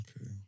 Okay